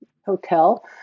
hotel